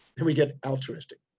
and we get altruistic.